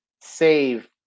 save